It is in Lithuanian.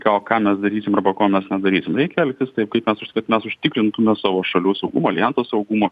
ką o ką mes darysim arba ko mes nedarysim reikia elgtis taip kaip mes kad mes užtikrintume savo šalių saugumą aljanso saugumą